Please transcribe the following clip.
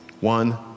One